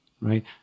Right